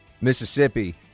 Mississippi